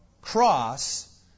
cross